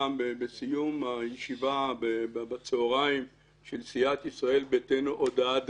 בסיום הישיבה בצהריים של סיעת ישראל ביתנו הודעה דרמטית.